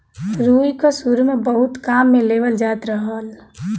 रुई क सुरु में बहुत काम में लेवल जात रहल